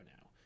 now